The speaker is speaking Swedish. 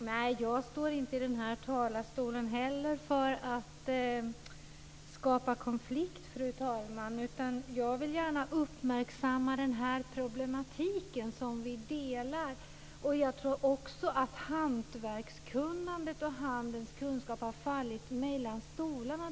Fru talman! Jag står inte heller i den här talarstolen för att skapa konflikt, utan jag vill gärna uppmärksamma den problematik som vi delar. Jag tror att hantverkskunnandet och handens kunskap delvis har fallit mellan stolarna.